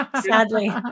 Sadly